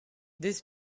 this